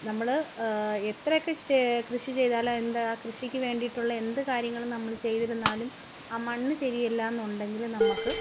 നമ്മൾ എത്രയൊക്കെ കൃഷി ചെയ്താലും എന്താ ആ കൃഷിക്ക് വേണ്ടിയിട്ടുള്ള എന്ത് കാര്യങ്ങളും നമ്മൾ ചെയ്തിരുന്നാലും ആ മണ്ണ് ശരിയല്ല എന്നുണ്ടെങ്കിൽ നമുക്ക്